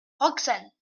roxane